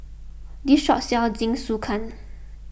this shop sells Jingisukan